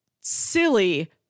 Silly